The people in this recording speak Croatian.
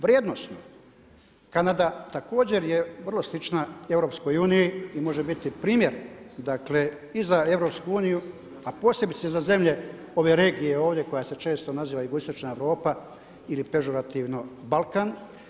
Vrijednosno Kanada također je vrlo slična EU i može biti primjer, dakle i za EU, a posebice za ove regije ovdje koja se često naziva jugoistočna Europa ili pežurativno Balkan.